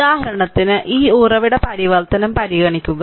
ഉദാഹരണത്തിന് ഈ ഉറവിട പരിവർത്തനം പരിഗണിക്കുക